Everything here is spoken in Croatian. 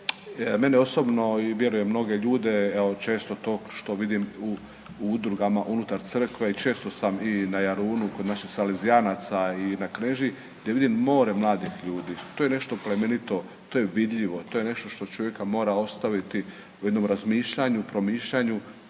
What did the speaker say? Mene osobno i vjerujem mnoge ljude evo često to što vidim u udrugama unutar crkve i često sam i na Jarunu kod naših salezijanaca i na Knežiji, gdje vidim more mladih ljudi, to je nešto plemenito, to je vidljivo, to je nešto što čovjeka mora ostaviti u jednom razmišljanju, promišljanju